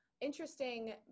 interesting